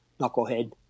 knucklehead